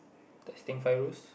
testing Fairuz